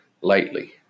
lightly